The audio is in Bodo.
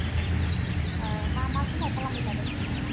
मा मा समाव खालामबाय थादों नोंथाङा